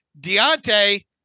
Deontay